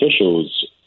officials